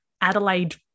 Adelaide